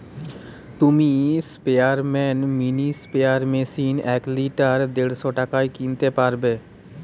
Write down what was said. তুমি স্পেয়ারম্যান mini sprayer machine এক লিটার দেড়শ টাকায় কিনতে পারবে